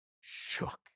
shook